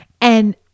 And-